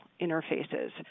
interfaces